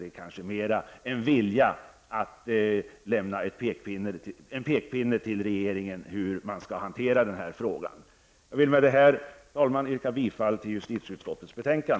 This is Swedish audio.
Det är kanske mer en vilja att lämna en pekpinne till regeringen om hur man skall hantera denna fråga. Jag vill med detta, herr talman, yrka bifall till justitieutskottets hemställan.